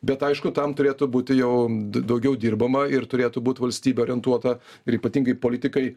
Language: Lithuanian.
bet aišku tam turėtų būti jau daugiau dirbama ir turėtų būt valstybė orientuota ir ypatingai politikai